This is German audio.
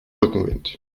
rückenwind